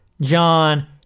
John